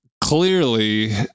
clearly